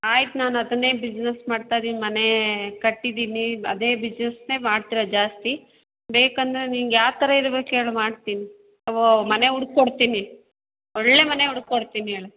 ಆಯ್ತು ನಾನು ಅದನ್ನೇ ಬಿಸ್ನೆಸ್ ಮಾಡ್ತಾಯಿದ್ದೀನಿ ಮನೆ ಕಟ್ಟಿದ್ದೀನಿ ಅದೇ ಬಿಸ್ನೆಸ್ನೇ ಮಾಡ್ತಿರೋದು ಜಾಸ್ತಿ ಬೇಕೆಂದ್ರೆ ನಿಂಗೆ ಯಾವ್ಥರ ಇರ್ಬೇಕು ಹೇಳು ಮಾಡ್ತೀನಿ ಓ ಮನೆ ಹುಡ್ಕೊಡ್ತೀನಿ ಒಳ್ಳೆ ಮನೆ ಹುಡ್ಕೊಡ್ತೀನಿ ಹೇಳು